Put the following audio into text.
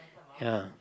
ya